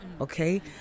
okay